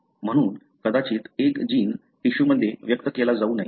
म्हणून कदाचित एक जीन्स टिश्यूमध्ये व्यक्त केला जाऊ नये